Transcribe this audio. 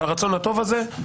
הרצון הטוב הזה,